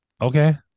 Okay